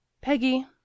Peggy